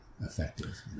effective